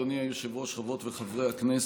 אדוני היושב-ראש, חברות וחברי הכנסת,